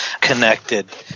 connected